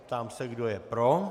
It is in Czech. Ptám se, kdo je pro.